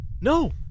no